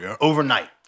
overnight